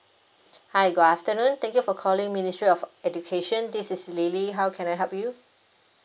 hi good afternoon thank you for calling ministry of education this is lily how can I help you